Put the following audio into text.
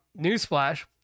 newsflash